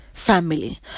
family